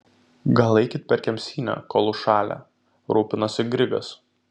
gal eikit per kemsynę kol užšalę rūpinosi grigas